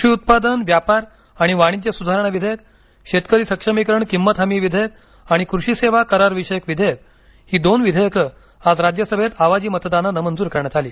कृषी उत्पादन व्यापार आणि वाणिज्य सुधारणा विधेयक शेतकरी सक्षमीकरण किंमत हमी विधेयक आणि कृषी सेवा करारविषयक विधेयक ही दोन विधेयक आज राज्यसभेत आवाजी मतदानानं मंजूर करण्यात आली